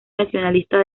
nacionalista